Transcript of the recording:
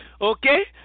Okay